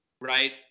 Right